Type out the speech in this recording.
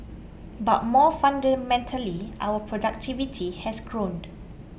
but more fundamentally our productivity has grown